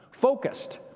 focused